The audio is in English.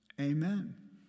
Amen